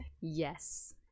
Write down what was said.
Yes